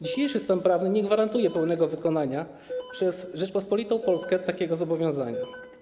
Dzisiejszy stan prawny nie gwarantuje pełnego wykonania przez Rzeczpospolitą Polskę takiego zobowiązania.